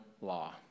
law